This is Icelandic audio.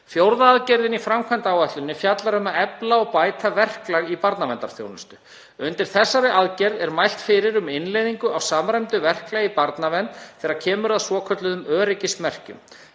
Fjórða aðgerðin í framkvæmdaáætluninni fjallar um að efla og bæta verklag í barnaverndarþjónustu. Undir þessari aðgerð er mælt fyrir um innleiðingu á samræmdu verklagi í barnavernd þegar kemur að svokölluðum öryggismerkjum,